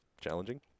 challenging